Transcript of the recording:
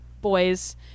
boys